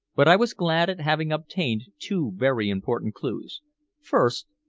but i was glad at having obtained two very important clues first,